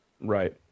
Right